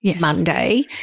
Monday